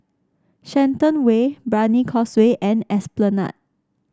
Shenton Way Brani Causeway and Esplanade